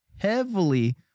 heavily